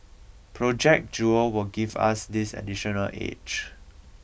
project jewel will give us this additional edge